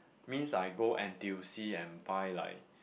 means I go N_T_U_C and buy like